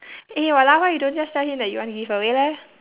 eh !walao! why you don't just tell him that you want to give away leh